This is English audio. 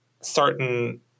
certain